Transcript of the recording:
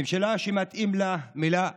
ממשלה שמתאימה לה המילה "הריסות".